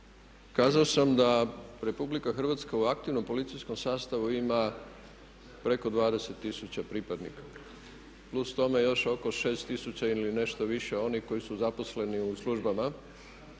kazao sam da RH u aktivnom policijskom sastavu ima preko 20 tisuća pripadnika. Plus tome još oko 6 tisuća ili nešto više onih koji su zaposleni u službama